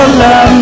love